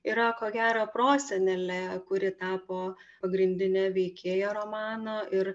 yra ko gero prosenelė kuri tapo pagrindine veikėja romano ir